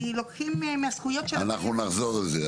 אנחנו נחזור לזה.